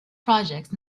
projects